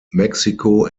mexico